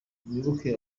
muyoboke